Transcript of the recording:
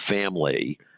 family